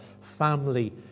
family